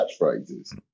catchphrases